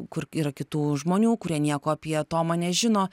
kur yra kitų žmonių kurie nieko apie tomą nežino